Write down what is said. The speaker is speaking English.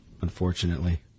Unfortunately